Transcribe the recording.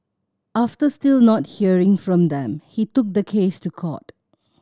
after still not hearing from them he took the case to court